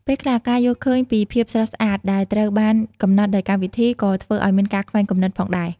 ពេលខ្លះ ការយល់ឃើញពីភាពស្រស់ស្អាតដែលត្រូវបានកំណត់ដោយកម្មវិធីក៏ធ្វើឲ្យមានការខ្វែងគំនិតផងដែរ។